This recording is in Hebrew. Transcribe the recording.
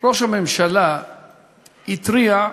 שראש הממשלה התריע,